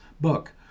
book